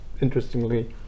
interestingly